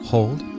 Hold